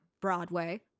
Broadway